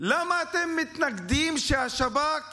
למה אתם מתנגדים שהשב"כ